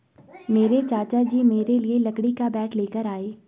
मेरे चाचा जी मेरे लिए लकड़ी का बैट लेकर आए